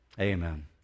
Amen